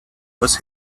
was